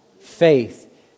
Faith